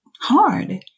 hard